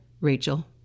Rachel